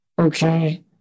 okay